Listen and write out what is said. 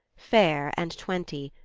fair and twenty,